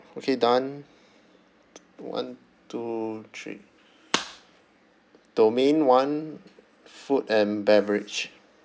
okay done one two three domain one food and beverage